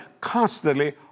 constantly